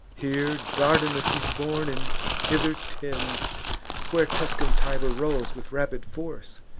here dardanus was born, and hither tends where tuscan tiber rolls with rapid force,